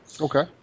Okay